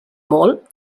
molt